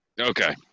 Okay